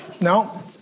Now